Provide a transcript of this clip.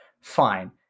Fine